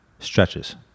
stretches